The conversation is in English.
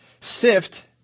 Sift